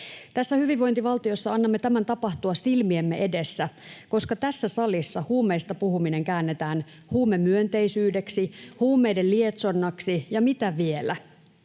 Tässä hyvinvointivaltiossa annamme tämän tapahtua silmiemme edessä, koska tässä salissa huumeista puhuminen käännetään ”huumemyönteisyydeksi”, ”huumeiden lietsonnaksi”, ja mitä vielä.